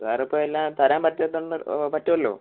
വേറിപ്പം എല്ലാം തരാൻ പറ്റാത്തോണ്ട് പറ്റുവല്ലോ